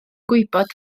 gwybod